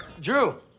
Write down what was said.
Drew